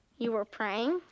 you were praying?